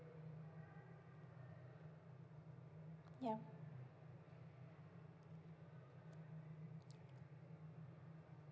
yup